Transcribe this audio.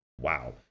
Wow